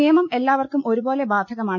നിയമം എല്ലാവർക്കും ഒരുപോലെ ബാധകമാണ്